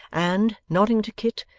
and, nodding to kit,